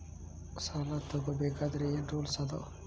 ಸಾಲ ತಗೋ ಬೇಕಾದ್ರೆ ಏನ್ ರೂಲ್ಸ್ ಅದಾವ?